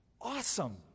Awesome